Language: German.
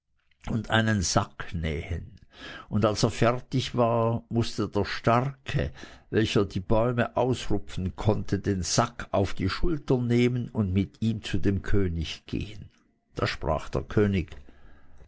und einen sack nähen und als er fertig war mußte der starke welcher bäume ausrupfen konnte den sack auf die schulter nehmen und mit ihm zu dem könig gehen da sprach der könig